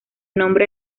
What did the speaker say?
nombre